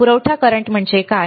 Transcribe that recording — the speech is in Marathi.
पुरवठा करंट म्हणजे काय